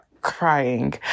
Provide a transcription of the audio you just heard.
crying